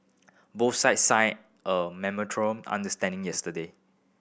both sides signed a memorandum understanding yesterday